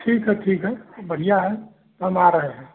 ठीक है ठीक है वह बढ़िया है हम आ रहे हैं